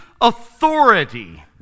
authority